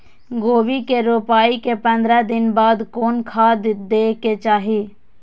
गोभी के रोपाई के पंद्रह दिन बाद कोन खाद दे के चाही?